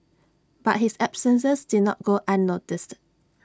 but his absences did not go unnoticed